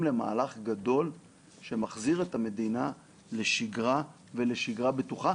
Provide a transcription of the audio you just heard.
למהלך גדול שמחזיר את המדינה לשגרה ולשגרה בטוחה,